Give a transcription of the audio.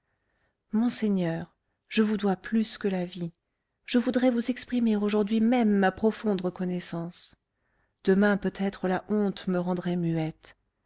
monseigneur je vous dois plus que la vie je voudrais vous exprimer aujourd'hui même ma profonde reconnaissance demain peut-être la honte me rendrait muette